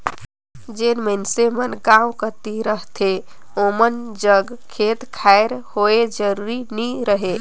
जेन मइनसे मन गाँव कती रहथें ओमन जग खेत खाएर होए जरूरी नी रहें